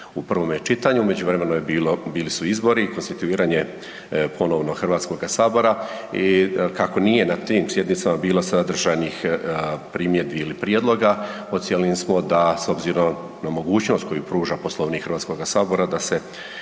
u prvom čitanju. U međuvremenu su bili izbori i konstituiranje ponovno HS-a i kako nije na tim sjednicama bilo sadržajnih primjedbi ili prijedloga ocijenili smo da s obzirom na mogućnost koju pruža Poslovnik HS-a da se